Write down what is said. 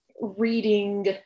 reading